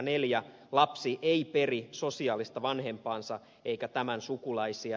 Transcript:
neljänneksi lapsi ei peri sosiaalista vanhempaansa eikä tämän sukulaisia